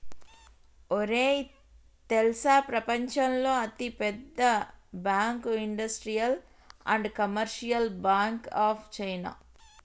ఒరేయ్ తెల్సా ప్రపంచంలో అతి పెద్ద bank industrial and commercial bank of China